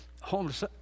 Homeless